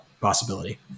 possibility